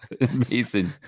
Amazing